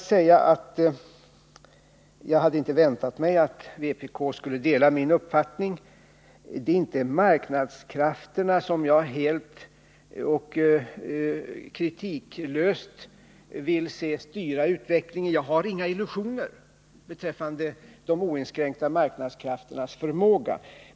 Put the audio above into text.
Jag hade inte väntat mig att vpk skulle dela min uppfattning. Det är inte marknadskrafterna som jag helt kritiklöst vill se styra utvecklingen — jag har inga illusioner beträffande marknadskrafternas oinskränkta förmåga.